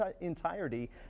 entirety